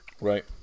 Right